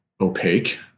opaque